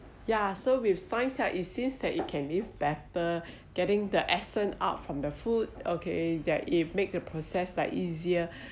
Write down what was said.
ya so with science yeah it seems that it can live better getting the essence out from the food okay there it make the process like easier